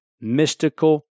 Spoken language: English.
mystical